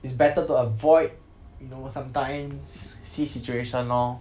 it's better to avoid you know sometimes see situation lor